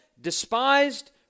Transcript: despised